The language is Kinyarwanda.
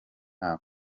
nta